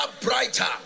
brighter